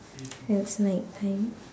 when it's night time